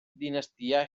dinastia